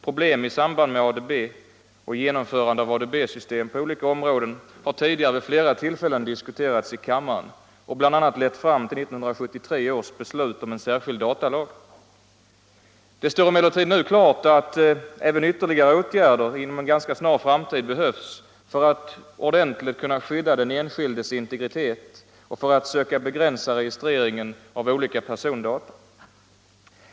Problem i samband med ADB och genomförande av ADB-system på olika områden har tidigare vid flera tillfällen diskuterats i kammaren och bl.a. lett fram till 1973 års beslut om en särskild datalag. Det står emellertid nu klart att ytterligare åtgärder inom en ganska snar framtid behövs för att ordentligt kunna skydda den enskildes integritet och för att söka begränsa registrering av olika persondata.